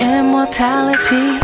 immortality